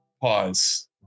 Pause